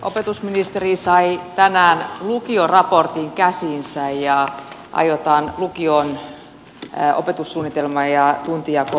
opetusministeri sai tänään lukioraportin käsiinsä aiotaan lukion opetussuunnitelma ja tuntijako uudistaa